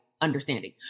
understanding